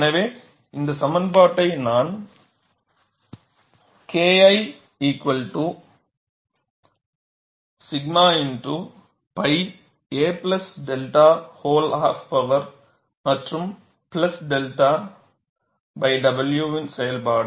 எனவே இந்த சமன்பாட்டை நான் KI 𝛔 X pi a 𝛅 வோல் ஆப் பவர் மற்றும் பிளஸ் 𝛅 w வின் செயல்பாடு